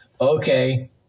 Okay